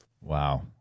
Wow